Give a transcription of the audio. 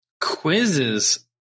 Quizzes